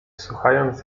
słuchając